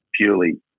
purely